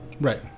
right